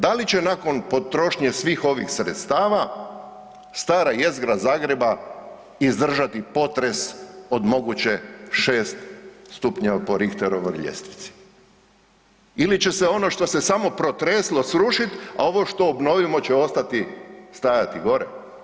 Da li će nakon potrošnje svih ovih sredstava stara jezgra Zagreba izdržati potres od moguće 6 stupnjeva po Rihterovoj ljestvici ili će se ono što se samo protreslo srušit, a ovo što obnovimo će ostati stajati gore.